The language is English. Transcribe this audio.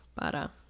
para